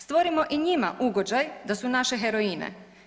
Stvorimo i njima ugođaj da su naše heroine.